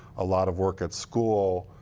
a lot of work at school,